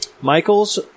Michael's